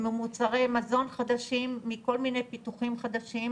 ממוצרי מזון חדשים, מכל מיני פיתוחים חדשים,